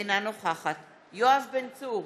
אינה נוכחת יואב בן צור,